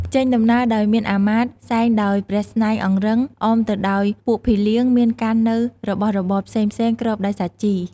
ចេញដំណើរដោយមានអាមាត្យ សែងដោយព្រះស្នែងអង្រឹង អមទៅដោយពួកភីលៀង មានកាន់នូវរបស់របរផ្សេងៗ គ្របដោយសាជី។